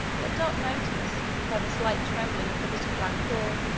but dot noticed, by the slight trembling of the little black paw,